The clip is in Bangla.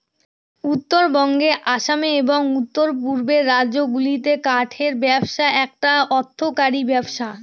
উত্তরবঙ্গে আসামে এবং উত্তর পূর্বের রাজ্যগুলাতে কাঠের ব্যবসা একটা অর্থকরী ব্যবসা